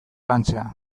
lantzea